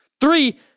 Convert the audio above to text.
Three